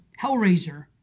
Hellraiser